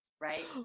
Right